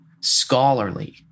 scholarly